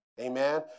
Amen